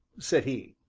said he,